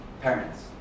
parents